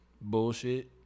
bullshit